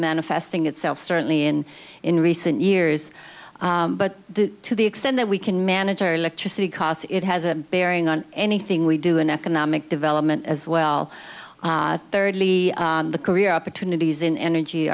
manifesting itself certainly in in recent years but to the extent that we can manage our electricity costs it has a bearing on anything we do in economic development as well thirdly the career opportunities in energy